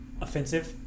offensive